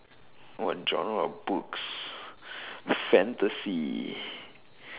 what genre of books fantasy